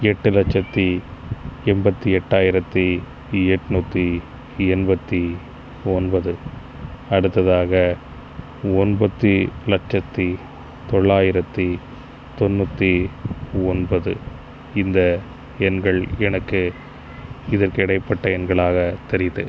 எட்டு லட்சத்தி எண்பத்தி எட்டாயிரத்தி எட்நூற்றி எண்பத்தி ஒன்பது அடுத்ததாக ஒன்பத்தி லட்சத்தி தொள்ளாயிரத்தி தொண்ணூற்றி ஒன்பது இந்த எண்கள் எனக்கு இதற்கு இடைப்பட்ட எண்களாக தெரியுது